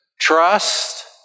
trust